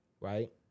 right